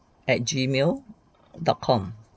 at G mail dot com